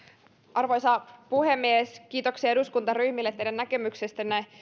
arvoisa puhemies kiitoksia eduskuntaryhmille teidän näkemyksistänne